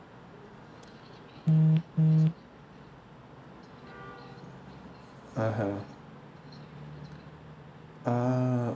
(uh huh) ah